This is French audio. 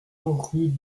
rue